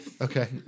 okay